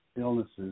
illnesses